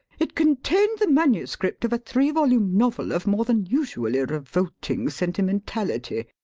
it contained the manuscript of a three-volume novel of more than usually revolting sentimentality.